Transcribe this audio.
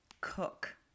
cook